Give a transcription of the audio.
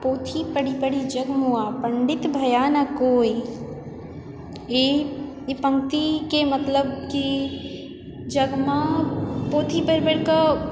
पोथी पढ़ि पढ़ि जग मुआ पण्डित भया नऽ कोई ई ई पंक्तिके मतलब कि जगमऽ पोथी पढ़ि पढ़िकऽ